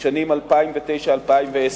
בשנים 2009 2010,